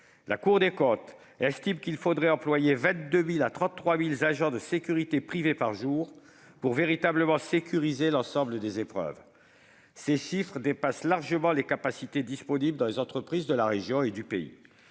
La Cour des comptes estime qu'il faudrait employer 22 000 à 33 000 agents de sécurité privée par jour pour sécuriser l'ensemble des épreuves. Ces chiffres dépassent largement les capacités disponibles dans les entreprises de la région et du pays.